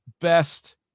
best